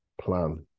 Plan